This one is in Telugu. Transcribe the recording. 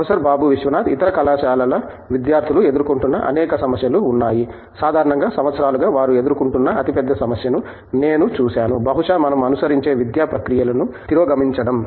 ప్రొఫెసర్ బాబు విశ్వనాథ్ ఇతర కళాశాలల విద్యార్థులు ఎదుర్కొంటున్న అనేక సమస్యలు ఉన్నాయి సాధారణంగా సంవత్సరాలుగా వారు ఎదుర్కొంటున్న అతి పెద్ద సమస్యను నేను చూశాను బహుశా మనం అనుసరించే విద్యా ప్రక్రియలను తిరోగమించడం